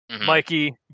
Mikey